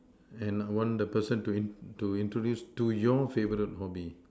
and want the person to to introduce to your favourite hobby